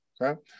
Okay